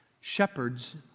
shepherds